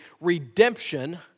redemption